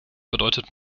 bedeutet